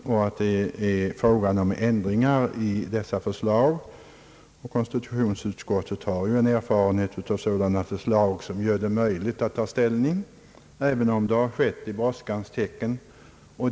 Det är således mest fråga om förslag till ändringar i den, och konstitutionsutskottet har ju en erfarenhet som gör det möjligt att ta ställning i sådana fall, även om det måste ske i brådskans tecken.